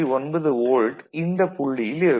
9 volt இந்த புள்ளியில் இருக்கும்